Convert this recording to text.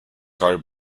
hired